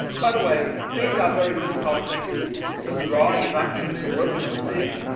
by the way, these are very difficult things to draw. you're not used to working with these.